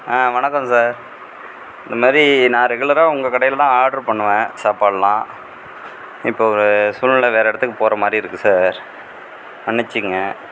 ஆ வணக்கம் சார் இதுமாரி நான் ரெகுலராக உங்கள் கடையில் தான் ஆட்ரு பண்ணுவேன் சாப்பாடுலாம் இப்போது சூழ்நிலை வேற இடத்துக்கு போகிற மாதிரி இருக்கு சார் மன்னிச்சுக்கங்க